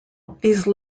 these